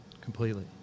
completely